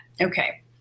okay